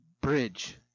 bridge